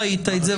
ראית את זה,